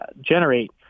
generate